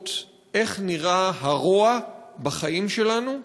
לראות איך נראה הרוע בחיים שלנו,